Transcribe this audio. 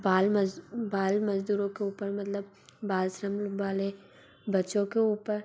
बाल मज़ बाल मज़दूरों के ऊपर मतलब बाल श्रम वाले बच्चों के ऊपर